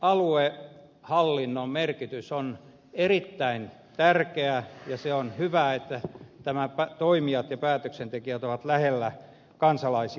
kyllä aluehallinnon merkitys on erittäin tärkeä ja on hyvä että toimijat ja päätöksentekijät ovat lähellä kansalaisia